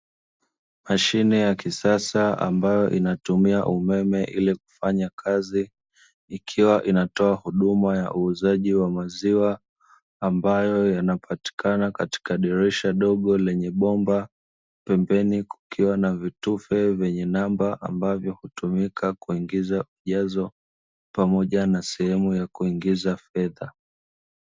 Mashine ya kisasa ambayo inatumia umeme ili kufanya kazi, ikiwa inatoa huduma ya uuzaji wa maziwa ambayo yanapatikana katika dirisha dogo lenye bomba. Pembeni kukiwa na vitufe vyenye namba ambavyo hutumika kuingiza ujazo, pamoja na sehemu ya kuingiza fedha.